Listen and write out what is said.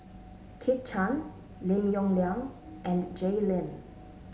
Kit Chan Lim Yong Liang and Jay Lim